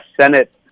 Senate